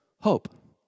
Hope